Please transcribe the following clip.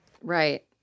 Right